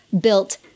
built